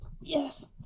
Yes